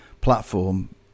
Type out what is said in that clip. platform